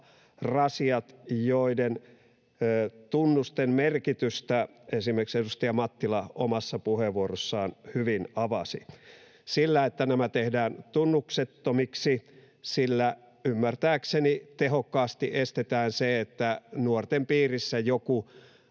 tupakkarasiat, joiden tunnusten merkitystä esimerkiksi edustaja Mattila omassa puheenvuorossaan hyvin avasi. Sillä, että nämä tehdään tunnuksettomiksi, ymmärtääkseni tehokkaasti estetään se, että nuorten piirissä joku